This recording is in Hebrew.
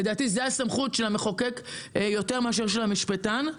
לדעתי זאת הסמכות של המחוקק יותר מאשר של המשפטן.